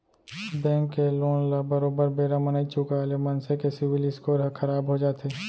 bank के loan ल बरोबर बेरा म नइ चुकाय ले मनसे के सिविल स्कोर ह खराब हो जाथे